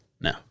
No